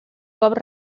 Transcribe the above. cop